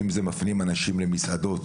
אם זה מפנים אנשים מסעדות,